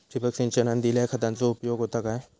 ठिबक सिंचनान दिल्या खतांचो उपयोग होता काय?